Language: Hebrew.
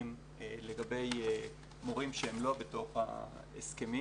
יש שם כ-80% שבתוך ההסכם ועוד 20% לא בתוך ההסכם